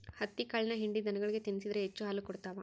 ಹತ್ತಿಕಾಳಿನ ಹಿಂಡಿ ದನಗಳಿಗೆ ತಿನ್ನಿಸಿದ್ರ ಹೆಚ್ಚು ಹಾಲು ಕೊಡ್ತಾವ